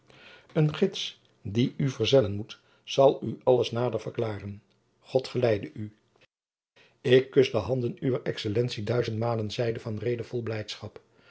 een gids die u verzellen moet zal u alles nader verklaren god geleide u ik kus de handen uwer excellentie duizendmalen zeide van reede vol blijdschap